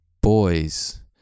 boys